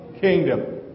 kingdom